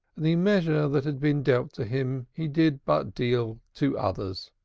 the measure that had been dealt to him he did but deal to others.